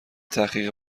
تحقیقی